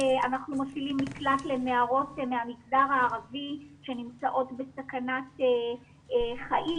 אנחנו מפעילים מקלט לנערות מהמגזר הערבי שנמצאות בסכנת חיים,